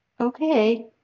Okay